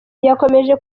yakomeje